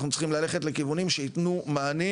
אנחנו צריכים ללכת לכיוונים שייתנו מענים